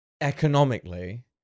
economically